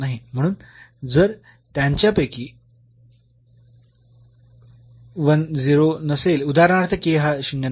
म्हणून जर त्यांच्या पैकी 1 शून्य नसेल उदाहरणार्थ हा शून्य नाही